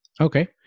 Okay